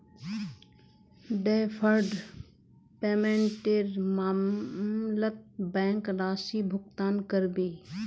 deferred पेमेंटेर मामलत bank राशि भुगतान करबे